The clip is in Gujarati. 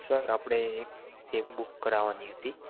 સર આપળે એક કેબ બુક કરવાની હતી